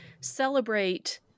celebrate